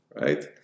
right